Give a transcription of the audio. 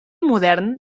modern